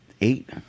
eight